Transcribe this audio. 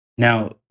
Now